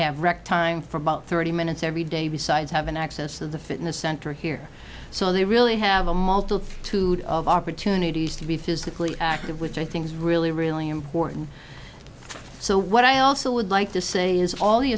have wrecked time for about thirty minutes every day besides have an access to the fitness center here so they really have a motto today of opportunities to be physically active which i think is really really important so what i also would like to say is all the